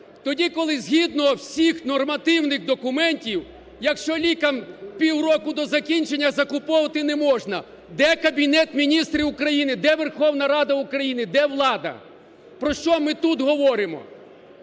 Тоді, коли згідно всіх нормативних документів. якщо лікам півроку до закінчення, закуповувати неможна. Де Кабінет Міністрів України? Де Верховна Рада України? Де влада? Про що ми тут говоримо?